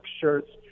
shirts